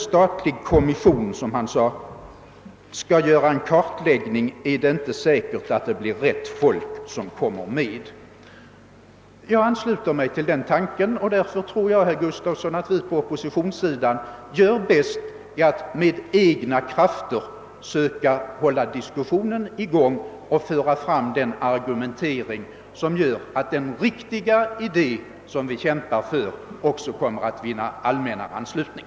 Jag ansluter mig till herr Hagnells uppfattning, och därför tror jag, herr Gustafson, att vi på oppositionssidan gör bäst i att med egna krafter söka hålla diskussionen i gång och föra fram den argumentering som gör att den riktiga idé vi kämpar för kommer att vinna allmän anslutning.